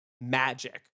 magic